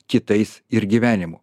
kitais ir gyvenimu